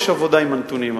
יש עבודה עם הנתונים האלה.